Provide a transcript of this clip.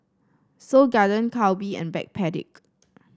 Seoul Garden Calbee and Backpedic